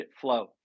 flow